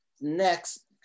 next